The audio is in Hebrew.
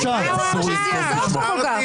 מה זעזע אותך כל כך שהקפיץ אותך?